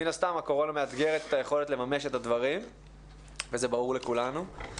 מן הסתם הקורונה מאתגרת את היכולת לממש את הדברים וזה ברור לכולנו.